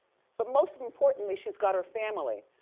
but most importantly she's got her family.